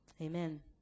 Amen